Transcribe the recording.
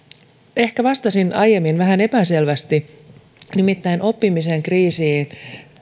ehkä vastasin aiemmin vähän epäselvästi nimittäin oppimisen kriisiin